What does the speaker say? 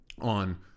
on